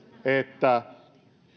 että